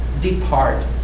Depart